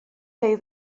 say